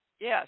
Yes